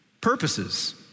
purposes